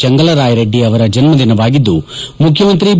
ಚೆಂಗಲರಾಯ ರೆಡ್ಡಿ ಅವರ ಜನ್ಮದಿನವಾಗಿದ್ದು ಮುಖ್ಯಮಂತ್ರಿ ಬಿ